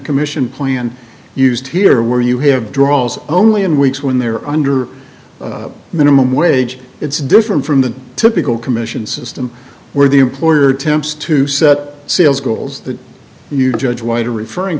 commission plan and used here where you have draws only in weeks when they're under minimum wage it's different from the typical commission system where the employer temps to set sales goals that you judge white are referring